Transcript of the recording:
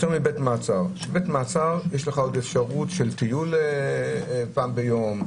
בבית מעצר יש לך עוד אפשרות של טיול פעם ביום,